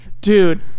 Dude